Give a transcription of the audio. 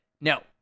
no